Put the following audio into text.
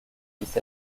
puisse